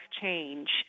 change